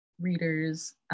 readers